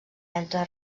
entre